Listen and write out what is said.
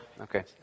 Okay